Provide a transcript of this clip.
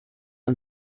und